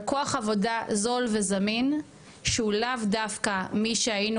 על כוח עבודה זול וזמין שהוא לאו דווקא מי שהיינו